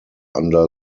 under